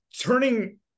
turning